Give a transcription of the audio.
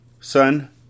Son